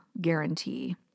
guarantee